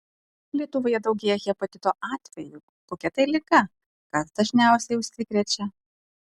lietuvoje daugėja hepatito atvejų kokia tai liga kas dažniausiai užsikrečia